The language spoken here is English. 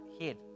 head